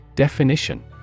Definition